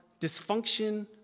dysfunction